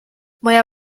moja